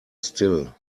still